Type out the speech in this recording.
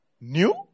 new